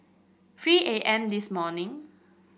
three A M this morning